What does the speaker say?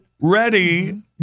Ready